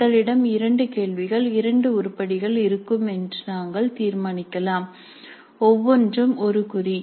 எங்களிடம் இரண்டு கேள்விகள் இரண்டு உருப்படிகள் இருக்கும் என்று நாங்கள் தீர்மானிக்கலாம் ஒவ்வொன்றும் 1 குறி